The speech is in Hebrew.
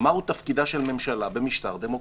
מהו תפקידה של ממשלה במשטר דמוקרטי.